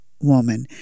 woman